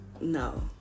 No